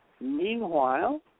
Meanwhile